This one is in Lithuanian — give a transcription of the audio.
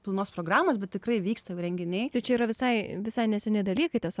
pilnos programos bet tikrai vyksta renginiai čia yra visai visai neseni dalykai tiesiog